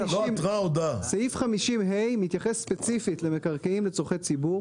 סעיף 50(ה) מתייחס ספציפית למקרקעין לצרכי ציבור,